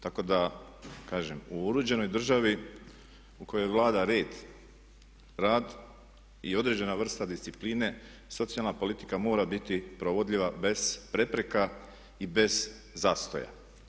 Tako da kažem u uređenoj državi u kojoj vlada red, rad i određena vrsta discipline socijalna politika mora biti provodljiva bez prepreka i bez zastoja.